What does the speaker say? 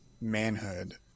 manhood